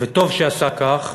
וטוב שעשה כך,